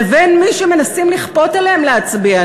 לבין מי שמנסים לכפות עליהם להצביע.